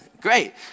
Great